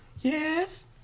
Yes